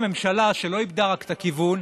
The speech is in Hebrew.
זאת ממשלה שלא איבדה רק את הכיוון,